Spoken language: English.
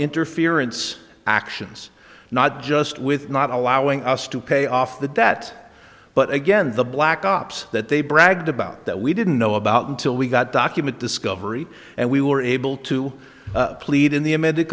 interference actions not just with not allowing us to pay off the debt but again the black ops that they bragged about that we didn't know about until we got document discovery and we were able to plead in the am